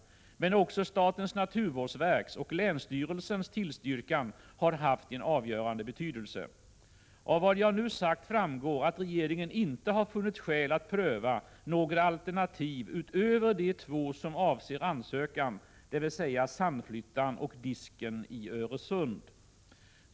Men också statens naturvårdsverks och länsstyrelsens tillstyrkan har haft en avgörande betydelse. Av vad jag nu sagt framgår att regeringen inte har funnit skäl att pröva några alternativ utöver de två som ansökan avser, dvs. Sandflyttan och Disken i Öresund.